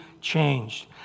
changed